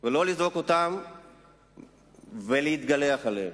ולא לזרוק אותם ו"להתגלח" עליהם.